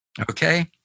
Okay